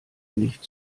nicht